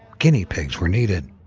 guinea pigs were needed.